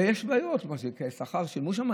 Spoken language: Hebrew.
ויש בעיות: תנאי שכר שילמו שם?